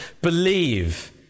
believe